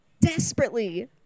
desperately